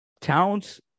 towns